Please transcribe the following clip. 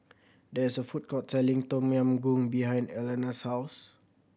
there is a food court selling Tom Yam Goong behind Elana's house